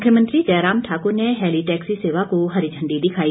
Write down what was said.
मुख्यमंत्री जयराम ठाकुर ने heli taxi सेवा को हरी झंडी दिखाई